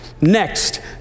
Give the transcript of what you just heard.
Next